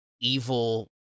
evil